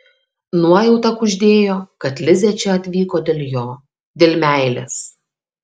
nuojauta kuždėjo kad lizė čia atvyko dėl jo dėl meilės